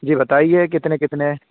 جی بتائیے کتنے کتنے